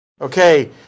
okay